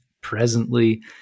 presently